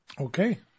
Okay